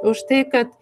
už tai kad